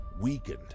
Weakened